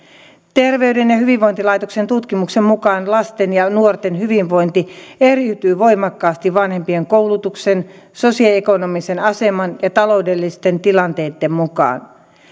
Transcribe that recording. terveyden ja hyvinvoinnin laitoksen tutkimuksen mukaan lasten ja nuorten hyvinvointi eriytyy voimakkaasti vanhempien koulutuksen sosioekonomisen aseman ja taloudellisten tilanteitten mukaan